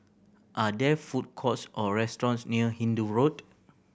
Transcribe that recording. are there food courts or restaurants near Hindoo Road